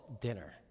dinner